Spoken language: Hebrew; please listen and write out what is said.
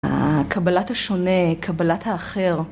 קבלת השונה, קבלת האחר